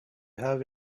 have